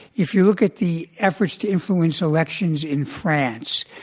if you look at the efforts to influence elections in france,